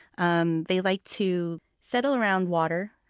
and they like to settle around water,